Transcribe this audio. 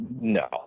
no